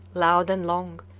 loud and long,